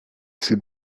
s’est